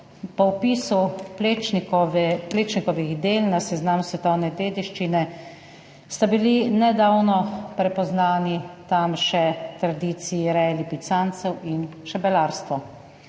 Po vpisu Plečnikovih del na seznam svetovne dediščine sta bili nedavno prepoznani tam še tradiciji reje lipicancev in čebelarstvo.